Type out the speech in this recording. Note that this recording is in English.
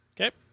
Okay